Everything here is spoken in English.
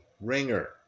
ringer